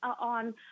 on